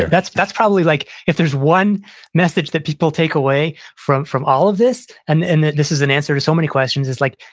that's that's probably like, if there's one message that people take away from from all of this and and this is an answer to so many questions, it's like,